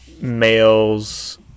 males